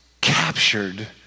captured